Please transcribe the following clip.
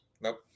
Nope